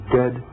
dead